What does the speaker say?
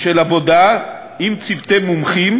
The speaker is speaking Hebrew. של עבודה עם צוותי מומחים,